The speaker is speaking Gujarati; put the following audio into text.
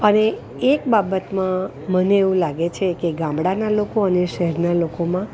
અને એક બાબતમાં મને એવું લાગે છે કે ગામડાનાં લોકો અને શહેરનાં લોકોમાં